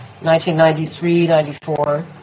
1993-94